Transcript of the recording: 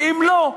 ואם לא,